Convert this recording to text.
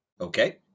Okay